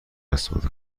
استفاده